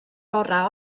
gorau